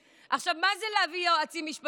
מה זה להביא יועצים משפטיים מהבית?